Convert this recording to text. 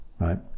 right